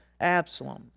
Absalom